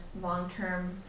long-term